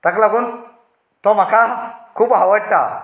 ताका लागून तो म्हाका खूब आवडटा